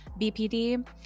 BPD